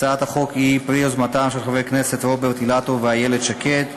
הצעת החוק היא פרי יוזמתם של חברי הכנסת רוברט אילטוב ואיילת שקד,